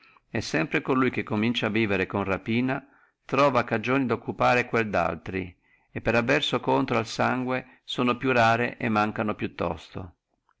e sempre colui che comincia a vivere con rapina truova cagione di occupare quel daltri e per avverso contro al sangue sono più rare e mancono